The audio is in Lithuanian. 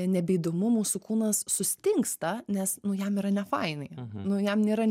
nebeįdomu mūsų kūnas sustingsta nes nu jam yra ne fainai nu jam nėra